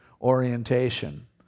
orientation